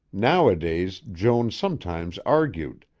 nowadays joan sometimes argued,